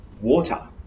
water